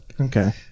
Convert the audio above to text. Okay